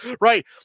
right